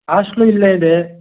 hostel ಇಲ್ಲೇ ಇದೆ